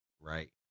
Right